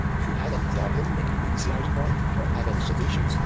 if you have any problem making pvc id card or have any suggestions,